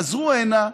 חזרו הנה,